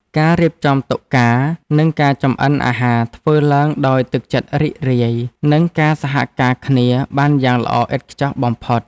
ការរៀបចំតុការ និងការចម្អិនអាហារធ្វើឡើងដោយទឹកចិត្តរីករាយ និងការសហការគ្នាបានយ៉ាងល្អឥតខ្ចោះបំផុត។